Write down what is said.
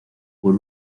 por